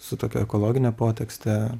su tokia ekologine potekste